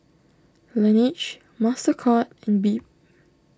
Laneige Mastercard and Bebe